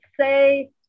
say